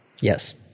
Yes